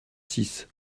six